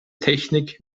technik